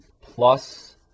plus